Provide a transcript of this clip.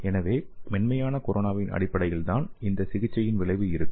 எனவே மென்மையான கொரோனாவின் அடிப்படையில்தான் இந்த சிகிச்சையின் விளைவு இருக்கும்